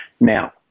Now